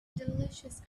delicious